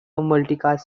multicast